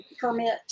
permit